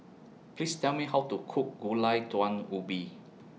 Please Tell Me How to Cook Gulai Daun Ubi